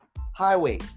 highway